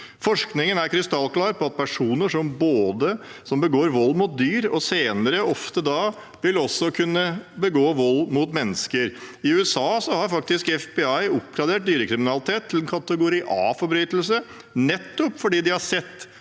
Forskningen er krystallklar på at personer som begår vold mot dyr, senere ofte også vil kunne begå vold mot mennesker. I USA har faktisk FBI oppgradert dyrekriminalitet til en kategori A-forbrytelse, nettopp fordi de har sett